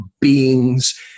beings